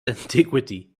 antiquity